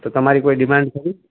તો તમારી કોઇ ડિમાન્ડ ખરી